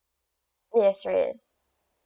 yes red